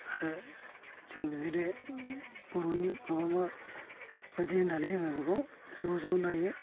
आरो जों बिदिनो बर'नि माबा मा बायदि होननानै बुङो बेखौ ज' ज' नायो